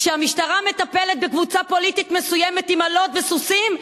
כשהמשטרה מטפלת בקבוצה פוליטית מסוימת עם אלות וסוסים,